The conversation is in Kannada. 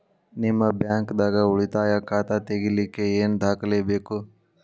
ನಿಮ್ಮ ಬ್ಯಾಂಕ್ ದಾಗ್ ಉಳಿತಾಯ ಖಾತಾ ತೆಗಿಲಿಕ್ಕೆ ಏನ್ ದಾಖಲೆ ಬೇಕು?